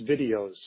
videos